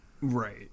Right